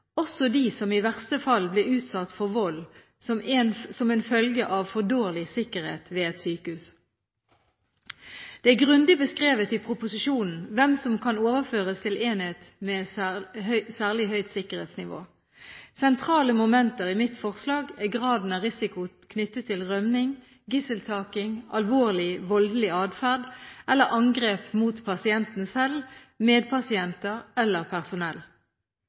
også dem som i verste fall blir utsatt for vold som en følge av for dårlig sikkerhet ved et sykehus. Det er grundig beskrevet i proposisjonen hvem som kan overføres til enhet med særlig høyt sikkerhetsnivå. Sentrale momenter i mitt forslag er graden av risiko knyttet til rømning, gisseltaking, alvorlig voldelig adferd eller angrep mot pasienten selv, medpasienter eller personell.